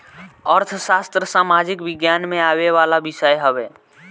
अर्थशास्त्र सामाजिक विज्ञान में आवेवाला विषय हवे